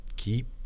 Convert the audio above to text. Keep